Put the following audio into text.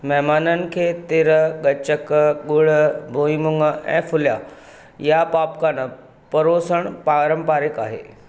महिमाननि खे तिर गचक गुड़ बोहीमुङ ऐं फुलिया या पॉपकॉर्न परोसणु पारंपारिकु आहे